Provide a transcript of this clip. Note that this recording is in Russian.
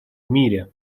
мире